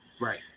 Right